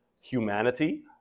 humanity